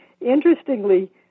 interestingly